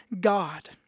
God